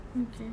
okay